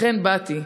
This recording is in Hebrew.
לכן באתי.